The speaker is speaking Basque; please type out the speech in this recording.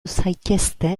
zaitezte